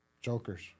Jokers